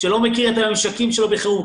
שלא מכיר את הממשקים שלו בחירום.